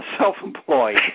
self-employed